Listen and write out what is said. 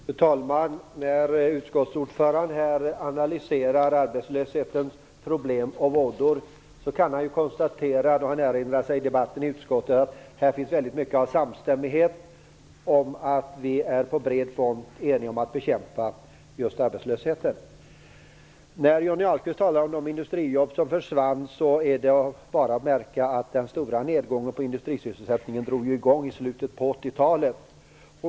Fru talman! När utskottsordföranden analyserar arbetslöshetens problem och våndor kan han konstatera, då han erinrar sig debatten i utskottet, att här finns mycket av samstämmighet. Vi är eniga om att bekämpa arbetslösheten på bred front. Johnny Ahlqvist talar om de industrijobb som har försvunnit. Det är bara att märka att den stora nedgången i industrisysselsättningen drog i gång i slutet på 80-talet.